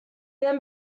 then